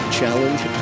challenge